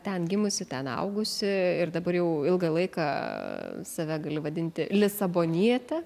ten gimusi ten augusi ir dabar jau ilgą laiką save gali vadinti lisaboniete